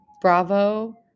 Bravo